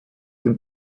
dem